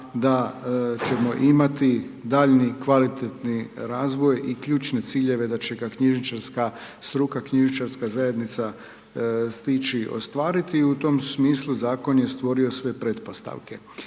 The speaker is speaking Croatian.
da ćemo imati daljnji kvalitetni razvoj i ključne ciljeve da će ga knjižničarska struka, knjižničarska zajednica stići ostvariti i u tom smislu zakon je stvorio sve pretpostavke.